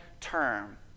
term